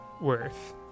worth